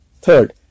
Third